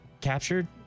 captured